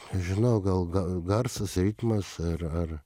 nežinau gal gal garsas ritmas ar ar